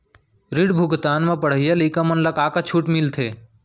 ऋण भुगतान म पढ़इया लइका मन ला का का छूट मिलथे?